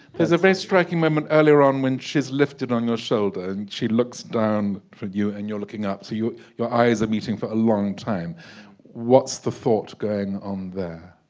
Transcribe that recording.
there's a very striking moment earlier on when she's lifted on your shoulder and she looks down from you and you're looking up to you your eyes are meeting for a long time what's the thought going on there